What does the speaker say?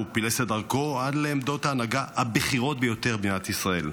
והוא פילס את דרכו עד לעמדות ההנהגה הבכירות ביותר במדינת ישראל.